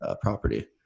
property